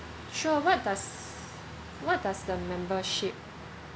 sure what does what does the membership